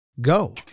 Go